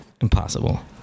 Impossible